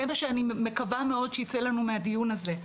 זה מה שאני מקווה מאוד שייצא לנו מהדיון הזה.